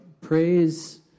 Praise